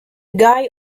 guy